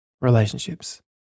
Relationships